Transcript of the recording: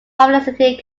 publicity